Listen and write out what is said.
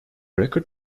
record